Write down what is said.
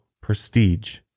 Prestige